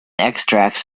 extracts